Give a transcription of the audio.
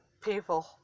people